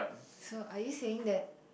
so are you saying that